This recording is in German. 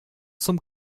zum